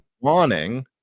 wanting